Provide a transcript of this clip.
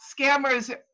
scammers